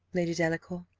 lady delacour!